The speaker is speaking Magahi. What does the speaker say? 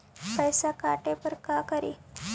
पैसा काटे पर का करि?